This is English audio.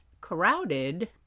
crowded